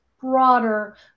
broader